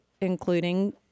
including